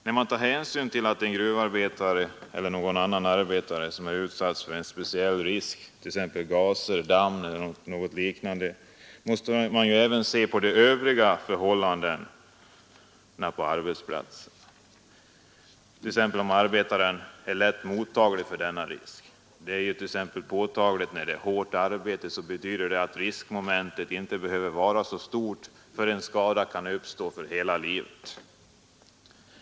När man tar hänsyn till att en gruvarbetare eller någon annan arbetare är utsatt för en speciell risk, t.ex. gaser, damm eller något liknande, måste man ju även se på de övriga förhållandena på arbetsplatsen, t.ex. om arbetaren är lätt mottaglig för denna risk. Det är t.ex. påtagligt att hårt arbete betyder att riskmomentet i fråga inte behöver vara särskilt stort för att ge en skada, som kan bestå för hela livet.